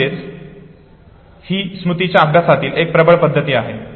म्हणजेच ही स्मृतीच्या अभ्यासातील एक प्रबळ पद्धती आहे